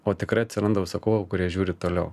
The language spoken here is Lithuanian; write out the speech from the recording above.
o tikrai atsiranda užsakovų kurie žiūri toliau